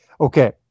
Okay